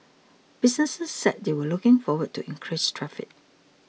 businesses said they were looking forward to increased traffic